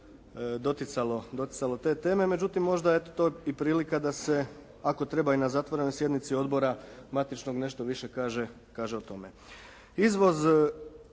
doticalo te teme međutim možda eto to je i prilika da se i na zatvorenoj sjednici odbora matičnog nešto više kaže o tome. Izvoz